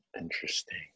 Interesting